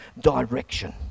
direction